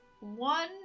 one